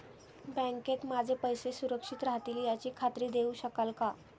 बँकेत माझे पैसे सुरक्षित राहतील याची खात्री देऊ शकाल का?